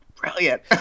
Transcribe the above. brilliant